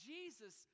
Jesus